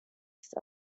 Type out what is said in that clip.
ist